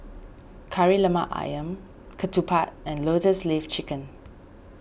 Kari Lemak Ayam Ketupat and Lotus Leaf Chicken